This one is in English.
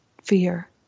fear